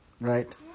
right